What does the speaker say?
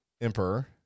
emperor